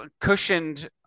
cushioned